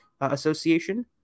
Association